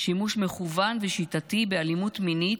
שימוש מכוון ושיטתי באלימות מינית,